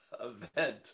event